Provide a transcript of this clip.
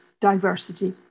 diversity